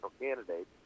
candidate